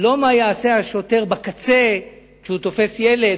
לא מה יעשה השוטר בקצה כשהוא תופס ילד